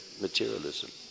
Materialism